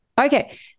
Okay